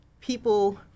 people